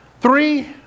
Three